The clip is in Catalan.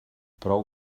prou